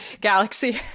Galaxy